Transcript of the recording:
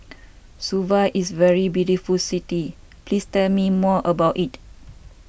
Suva is very beautiful city please tell me more about it